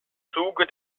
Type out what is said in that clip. zuge